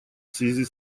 связи